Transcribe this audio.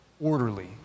orderly